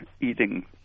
eating